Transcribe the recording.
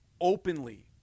openly